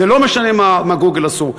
זה לא משנה מה "גוגל" עשו,